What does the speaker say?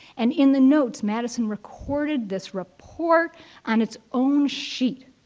and in the notes, madison recorded this report on its own sheet.